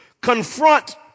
Confront